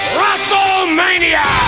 Wrestlemania